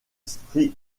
sri